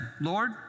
Lord